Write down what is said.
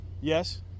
Yes